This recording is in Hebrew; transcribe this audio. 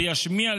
וישמיע,